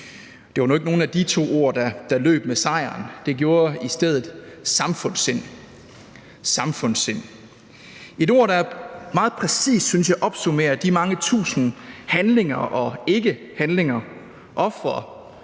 Det var nu ikke nogen af de to ord, der løb med sejren. Det gjorde i stedet samfundssind. Det er et ord, der meget præcist, synes jeg, opsummerer de mange tusind handlinger og ikkehandlinger, ofre,